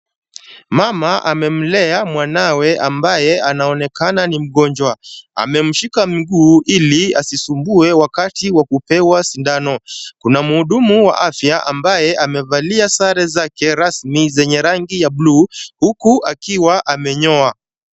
Mama amemlea mwanawe ambaye anaonekana ni mgonjwa. Amemshika miguu ili asisumbue wakati wa kupewa sindano. Kuna mhudumu wa afya ambaye amevalia sare zake rasmi zenye rangi ya buluu huku akiwa amenyoa.